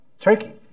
Turkey